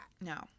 No